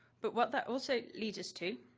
but what that also leads us to